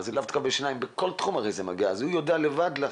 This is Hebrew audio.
הוא לבד יודע להחליט,